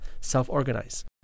self-organize